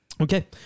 Okay